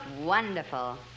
wonderful